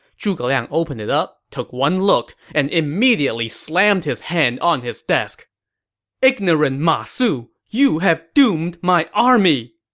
zhuge liang opened it up, took one look, and immediately slammed his hand on his desk ignorant ma su! you have doomed my army!